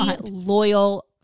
loyal